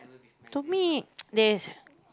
for me there's